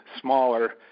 smaller